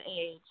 age